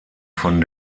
von